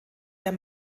der